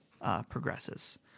progresses